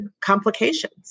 complications